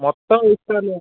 മൊത്തം വേസ്റ്റാണല്ലോ